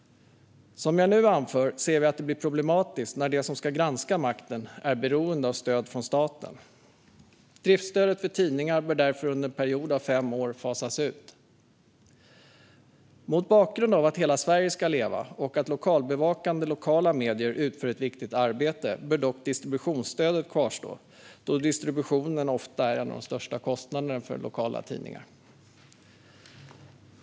Som jag nu anför ser vi att det blir problematiskt när de som ska granska makten är beroende av stöd från staten. Driftsstödet för tidningar bör därför under en period av fem år fasas ut. Mot bakgrund av att hela Sverige ska leva och att lokalbevakande lokala medier utför ett viktigt arbete bör dock distributionsstödet kvarstå, då distributionen ofta är en av de största kostnaderna för lokala tidningar.